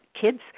kids